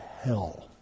hell